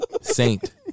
Saint